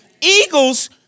Eagles